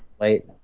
late